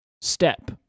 step